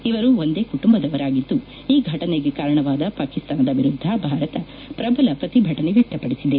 ಇವರು ಒಂದೇ ಕುಟುಂಬದವರಾಗಿದ್ದು ಈ ಘಟನೆಗೆ ಕಾರಣವಾದ ಪಾಕಿಸ್ತಾನದ ವಿರುದ್ದ ಭಾರತ ಪ್ರಬಲ ಪ್ರತಿಭಟನೆ ವ್ಯಕ್ತಪಡಿಸಿದೆ